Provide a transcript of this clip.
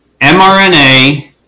mrna